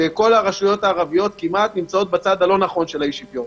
שכל הרשויות הערביות כמעט נמצאות בצד הלא נכון של האי-שוויון,